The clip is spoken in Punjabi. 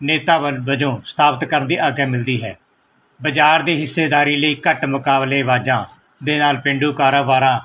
ਨੇਤਾ ਵਜੋਂ ਵਜੋਂ ਸਥਾਪਿਤ ਕਰਨ ਦੀ ਆਗਿਆ ਮਿਲਦੀ ਹੈ ਬਜ਼ਾਰ ਦੇ ਹਿੱਸੇਦਾਰੀ ਲਈ ਘੱਟ ਮੁਕਾਬਲੇ ਵਾਜਾ ਦੇ ਨਾਲ ਪੇਂਡੂ ਕਾਰੋਬਾਰਾਂ